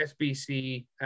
SBC